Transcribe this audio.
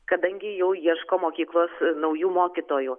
kadangi jau ieško mokyklos naujų mokytojų